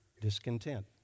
Discontent